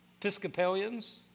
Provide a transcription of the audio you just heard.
Episcopalians